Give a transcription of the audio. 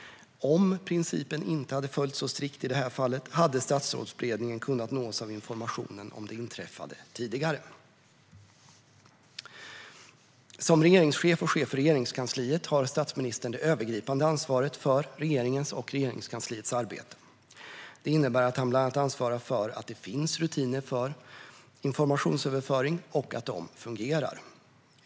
Om principen inte hade följts så strikt i detta fall hade Statsrådsberedningen kunnat nås av informationen om det inträffade tidigare. Som regeringschef och chef för Regeringskansliet har statsministern det övergripande ansvaret för regeringens och Regeringskansliets arbete. Detta innebär att han bland annat ansvarar för att det finns rutiner för informationsöverföring och att dessa rutiner fungerar.